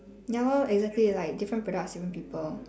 ya lor exactly like different products different people